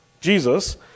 Jesus